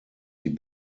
die